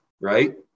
right